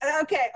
Okay